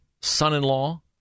son-in-law